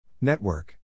Network